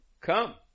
come